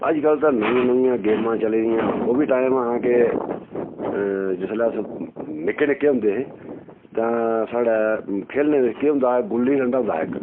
अज्जकल तां नमियां नमियां गेमां चली दियां ओह् बी टाइम ऐ हा के जिसलै अस निक्के निक्के होंदे हे तां साढ़ै खेलने ते केह् होंदा हा गुल्ली डंडा होंदा हा इक